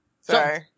Sorry